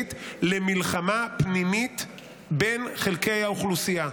הישראלית למלחמה פנימית בין חלקי האוכלוסייה.